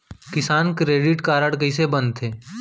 किसान credit card कइसे बनथे?